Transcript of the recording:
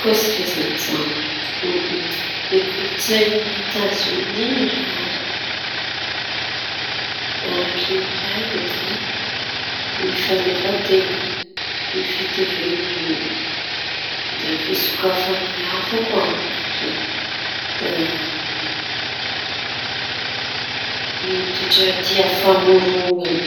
Koa tsika izañy zao. Ny kolon-tsaiñy Etazonia raha araky ny haiko da: ny fahaleovan-teña, ny fitovianolo, da fisokafa amy hafa koa, da toetry famorona.